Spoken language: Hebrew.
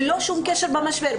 ללא שום קשר למשבר.